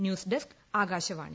news desk Akashvani